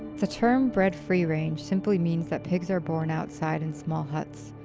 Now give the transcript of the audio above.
the term bred free range simply means that pigs are born outside in small huts,